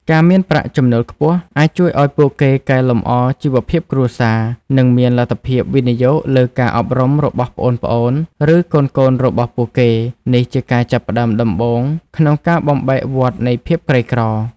ការមានប្រាក់ចំណូលខ្ពស់ អាចជួយឱ្យពួកគេកែលម្អជីវភាពគ្រួសារ និងមានលទ្ធភាពវិនិយោគលើការអប់រំរបស់ប្អូនៗ ឬកូនៗរបស់ពួកគេ។ នេះជាការផ្តើមដំបូងក្នុងការបំបែកវដ្តនៃភាពក្រីក្រ។